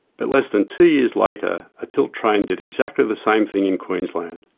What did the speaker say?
but less than two years later a tilt train did exactly the same thing in queensland.